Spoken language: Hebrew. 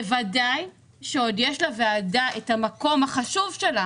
בוודאי שיש עוד יש לוועדה את המקום החשוב שלה